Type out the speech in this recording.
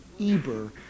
eber